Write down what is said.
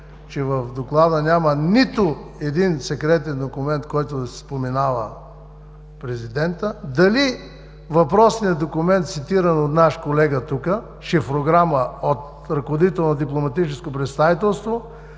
че в Доклада няма нито един секретен документ, в който да се споменава президентът, дали въпросният документ, цитиран от наш колега тук – шифрограма от ръководителя на дипломатическо представителство